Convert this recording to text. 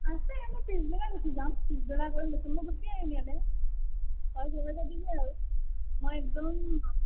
আছে মোৰ পিছবেলা গুছি যাম পিছবেলা গৈ গুছি আহিম ইয়ালে তই ঘৰ যাবিগে আৰু মই একদম